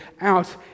out